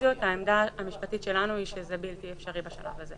36. מי בעד?